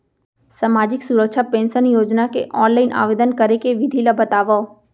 सामाजिक सुरक्षा पेंशन योजना के ऑनलाइन आवेदन करे के विधि ला बतावव